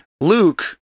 Luke